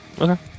okay